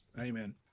Amen